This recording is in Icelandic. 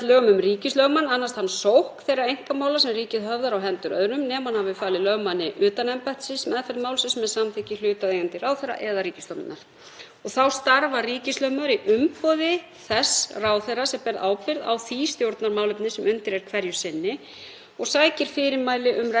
Þá starfar ríkislögmaður í umboði þess ráðherra sem ber ábyrgð á því stjórnarmálefni sem undir er hverju sinni og sækir fyrirmæli um rekstur máls til þess ráðherra sem hverju sinni er í fyrirsvari fyrir ríkið. Það er bæði skylda og réttur ráðherra að hafa fyrirsvar fyrir þeim málum sem varða ábyrgðarsvið hans.